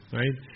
right